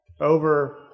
over